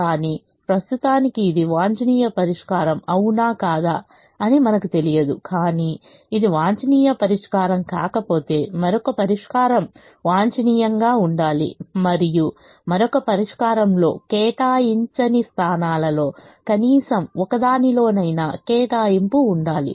కానీ ప్రస్తుతానికి ఇది వాంఛనీయ పరిష్కారం అవునా కాదా అని మనకు తెలియదు కానీ ఇది వాంఛనీయ పరిష్కారం కాకపోతే మరొక పరిష్కారం వాంఛనీయంగా ఉండాలి మరియు మరొక పరిష్కారంలో కేటాయించని స్థానాలలో కనీసం ఒకదానిలోనైనా కేటాయింపు ఉండాలి